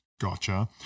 gotcha